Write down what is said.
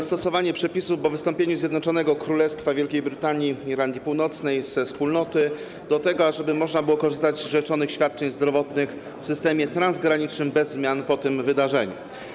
dostosowanie przepisów po wystąpieniu Zjednoczonego Królestwa Wielkiej Brytanii i Irlandii Północnej ze Wspólnoty do tego, żeby można było korzystać z rzeczonych świadczeń zdrowotnych w systemie transgranicznym bez zmian po tym wydarzeniu.